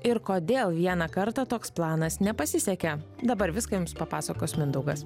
ir kodėl vieną kartą toks planas nepasisekė dabar viską jums papasakos mindaugas